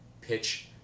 pitch